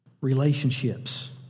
relationships